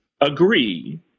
agree